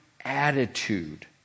attitude